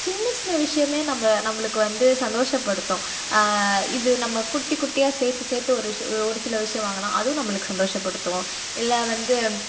சின்ன சின்ன விஷயமே நம்ம நம்மளுக்கு வந்து சந்தோஷப்படுத்தும் இது நம்ம குட்டி குட்டியாக சேர்த்து சேர்த்து ஒரு விஷய ஒரு சில விஷயம் வாங்குனா அதுவும் நம்மளுக்கு சந்தோஷப்படுத்தும் இல்லை வந்து